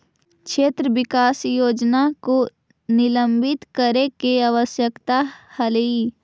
क्षेत्र विकास योजना को निलंबित करे के आवश्यकता हलइ